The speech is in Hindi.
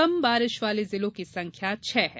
कम बारिश वाले जिलों की संख्या छः है